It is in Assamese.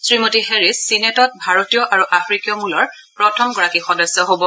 শ্ৰীমতী হেৰিছ ছীনেটত ভাৰতীয় আৰু আফ্ৰিকীয় মূলৰ প্ৰথমগৰাকী সদস্য হ'ব